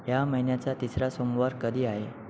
या महिन्याचा तिसरा सोमवार कधी आहे